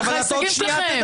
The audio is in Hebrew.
מה החוק קובע?